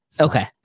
Okay